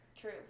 true